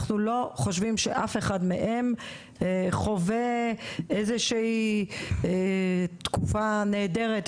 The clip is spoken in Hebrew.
אנחנו לא חושבים שאף אחד מהם חווה איזושהי תקופה נהדרת,